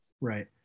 Right